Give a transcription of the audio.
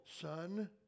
son